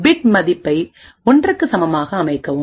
bit மதிப்பை 1 க்கு சமமாக அமைக்கவும்